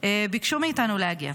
ביקשו מאיתנו להגיע.